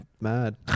mad